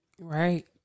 Right